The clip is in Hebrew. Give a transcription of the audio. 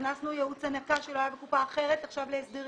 הכנסנו ייעוץ הנקה שלא היה בקופה אחרת עכשיו להסדרים,